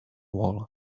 wall